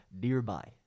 nearby